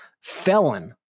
felon